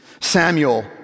Samuel